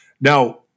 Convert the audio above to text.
Now